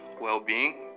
well-being